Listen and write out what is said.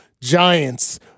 Giants